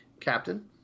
Captain